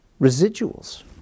residuals